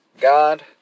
God